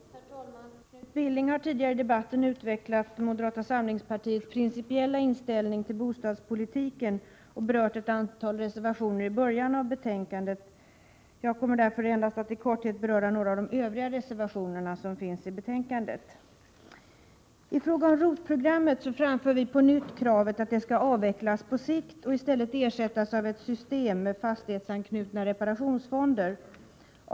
Herr talman! Knut Billing har tidigare i debatten utvecklat moderata samlingspartiets principiella inställning till bostadspolitiken och berört ett antal reservationer i början av betänkandet. Jag kommer därför endast att i korthet beröra några av de övriga reservationerna i betänkandet. I fråga om ROT-programmet framför vi på nytt krav på att detta skall avvecklas på sikt och ersättas av ett system med fastighetsanknutna reparationsfonder.